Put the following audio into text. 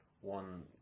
one